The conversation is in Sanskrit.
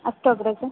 अस्तु अग्रज